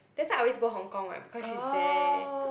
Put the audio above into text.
that's why I always go Hong Kong what because she is there